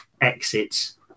exits